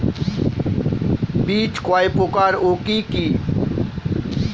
বীজ কয় প্রকার ও কি কি?